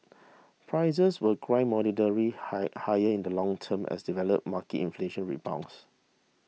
prices will grind moderately high higher in the longer term as developed market inflation rebounds